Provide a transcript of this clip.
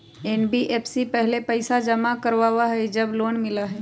NBFC पहले पईसा जमा करवहई जब लोन मिलहई?